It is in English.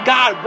God